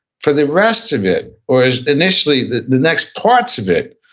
for the rest of it, or initially the the next parts of it,